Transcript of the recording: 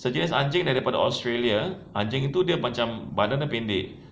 sejenis anjing daripada australia anjing tu dia macam badan dia pendek